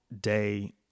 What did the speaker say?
day